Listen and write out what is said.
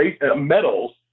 medals